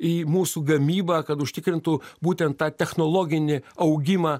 į mūsų gamybą kad užtikrintų būtent tą technologinį augimą